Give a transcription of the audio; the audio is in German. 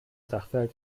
sachverhalt